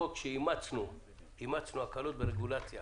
כשאימצנו פה הקלות ברגולציה